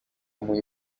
muy